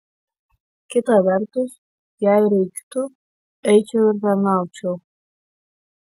kita vertus jei reiktų eičiau ir tarnaučiau